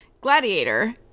Gladiator